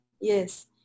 Yes